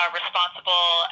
responsible